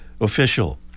official